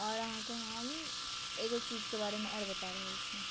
आओर अहाँकेँ हम एगो चीजके बारेमे आओर बता रहल छी